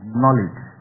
knowledge